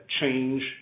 change